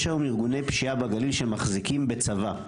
יש היום ארגוני פשיעה בגליל שמחזיקים בצבא.